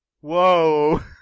Whoa